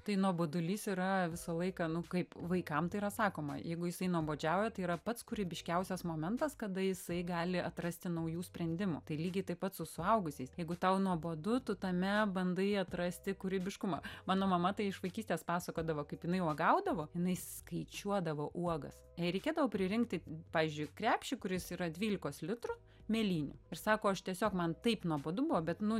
tai nuobodulys yra visą laiką nu kaip vaikam tai yra sakoma jeigu jisai nuobodžiauja tai yra pats kūrybiškiausias momentas kada jisai gali atrasti naujų sprendimų tai lygiai taip pat su suaugusiais jeigu tau nuobodu tu tame bandai atrasti kūrybiškumą mano mama tai iš vaikystės pasakodavo kaip jinai uogaudavo jinai skaičiuodavo uogas jei reikėdavo pririnkti pavyzdžiui krepšį kuris yra dvylikos litrų mėlynių ir sako aš tiesiog man taip nuobodu buvo bet nu